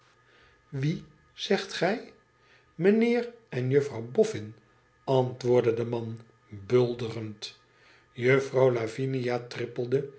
wie zegt gij mijnheer en juffrouw boffin antwoordde de man bulderend juffrouw lavinia trippelde